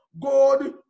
God